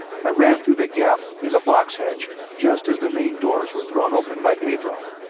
i ran through the gap in the box hedge just as the main doors were thrown open by pedro.